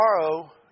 tomorrow